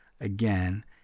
again